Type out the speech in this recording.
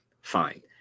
fine